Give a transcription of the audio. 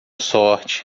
sorte